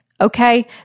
okay